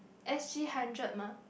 s_g hundred mah